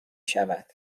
شود